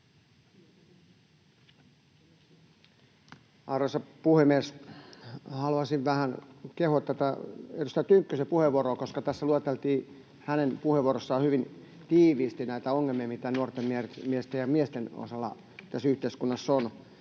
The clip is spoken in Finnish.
Arvoisa puhemies! Haluaisin vähän kehua edustaja Tynkkysen puheenvuoroa, koska hänen puheenvuorossaan lueteltiin hyvin tiiviisti näitä ongelmia, mitä nuorten miesten — ja miesten — osalta tässä yhteiskunnassa on.